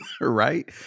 Right